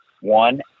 one